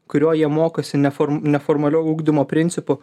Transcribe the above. kurioj jie mokosi neform neformalio ugdymo principu